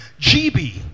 GB